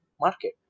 market